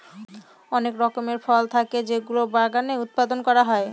অনেক রকমের ফল থাকে যেগুলো বাগানে উৎপাদন করা হয়